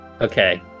Okay